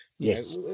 Yes